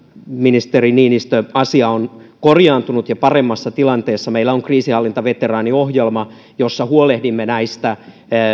ministeri niinistö asia on korjaantunut ja paremmassa tilanteessa ja meillä on kriisinhallintaveteraaniohjelma jossa huolehdimme näistä